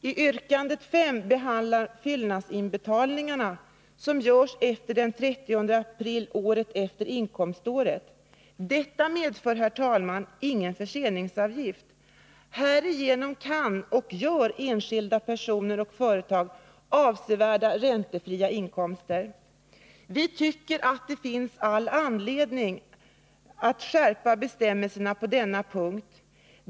I yrkande 5 behandlas fyllnadsinbetalningar som görs senast den 30 april året efter inkomståret. Sådana medför, herr talman, ingen förseningsavgift. Härigenom kan enskilda personer och företag tillgodogöra sig avsevärda räntefria krediter, och den möjligheten utnyttjas också. Vi tycker att det finns all anledning att skärpa bestämmelserna på denna punkt.